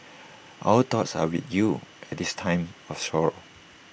our thoughts are with you at this time of sorrow